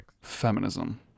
feminism